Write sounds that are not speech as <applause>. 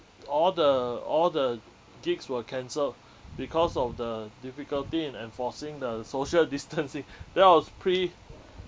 all the all the gigs were cancelled because of the difficulty in enforcing the social distancing <laughs> then I was pretty